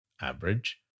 average